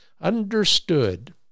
understood